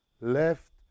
left